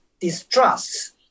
distrust